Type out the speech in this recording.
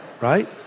right